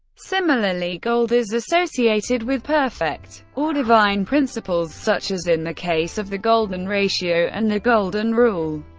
similarly, gold is associated with perfect or divine principles, such as in the case of the golden ratio and the golden rule.